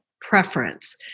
preference